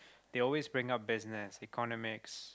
they always bring up business economics